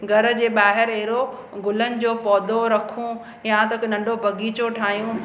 घर जे ॿाहिरि अहिड़ो गुलनि जो पौधो रखूं या त हिक नंढो बगीचो ठाहियूं